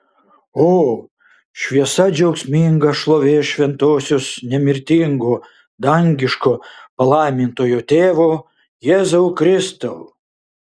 o šviesa džiaugsminga šlovės šventosios nemirtingo dangiško palaimintojo tėvo jėzau kristau